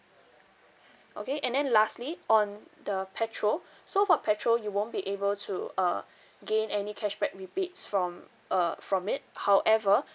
okay and then lastly on the petrol so for petrol you won't be able to uh gain any cashback rebates from uh from it however